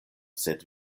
sed